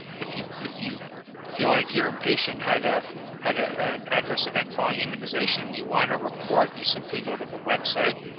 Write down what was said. if you if you feel like your patient had ah had ah an adverse event following unitization, you want to report and you simply go to the website,